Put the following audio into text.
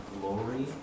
glory